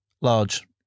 large